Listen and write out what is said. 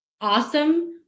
awesome